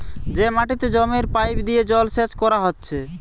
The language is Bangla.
যে মাটিতে জমির পাইপ দিয়ে জলসেচ কোরা হচ্ছে